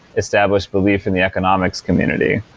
established belief in the economics community.